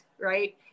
right